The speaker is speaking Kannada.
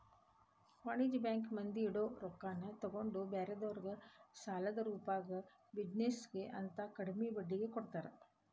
ವಾಣಿಜ್ಯ ಬ್ಯಾಂಕ್ ಮಂದಿ ಇಡೊ ರೊಕ್ಕಾನ ತಗೊಂಡ್ ಬ್ಯಾರೆದೊರ್ಗೆ ಸಾಲದ ರೂಪ್ದಾಗ ಬಿಜಿನೆಸ್ ಗೆ ಅಂತ ಕಡ್ಮಿ ಬಡ್ಡಿಗೆ ಕೊಡ್ತಾರ